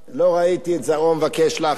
לא ראיתי את זרעו מבקש לחם,